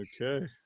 okay